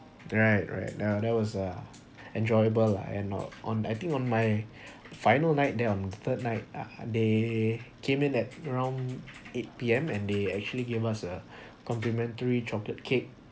right right yeah that was uh enjoyable lah and all on I think on my final night there on third night(uh) they came in at around eight P_M and they actually gave us a complimentary chocolate cake